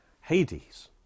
Hades